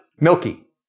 milky